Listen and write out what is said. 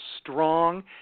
Strong